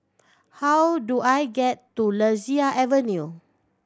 how do I get to Lasia Avenue